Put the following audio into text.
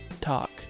talk